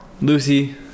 Lucy